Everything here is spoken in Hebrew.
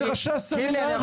זה ראשי הסמינרים,